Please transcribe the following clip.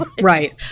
Right